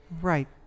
right